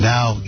Now